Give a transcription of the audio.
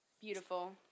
Beautiful